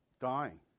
Dying